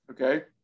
Okay